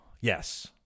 Yes